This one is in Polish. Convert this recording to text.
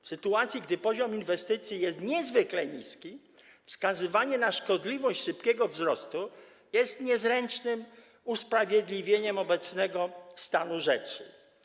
W sytuacji gdy poziom inwestycji jest niezwykle niski, wskazywanie na szkodliwość szybkiego wzrostu jest niezręcznym usprawiedliwieniem obecnego stanu rzeczy.